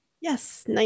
Yes